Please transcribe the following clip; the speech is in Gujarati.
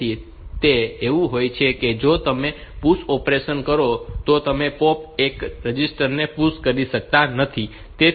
તેથી તે એવું હોય છે અને જો તમે PUSH ઑપરેશન કરો તો તમે POP એક જ રજિસ્ટરને PUSH કરી શકતા નથી